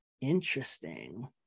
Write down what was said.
Interesting